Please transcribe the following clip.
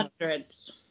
hundreds